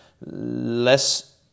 less